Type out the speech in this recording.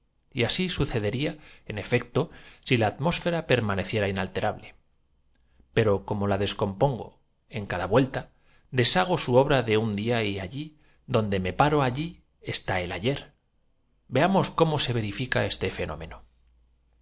y así sucedería en efecto si la atmós y la falta de esta acción los ha mantenido en su fera permaneciera inalterable pero como la descom completa pongo en cada vuelta deshago su obra de un día y integridad es indudable que lo que nos comemos cien años después es la vida vegetal de una centuria antes allí donde me paro allí está el ayer veamos cómo se verifica este fenómeno